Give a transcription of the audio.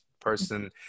person